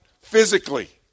physically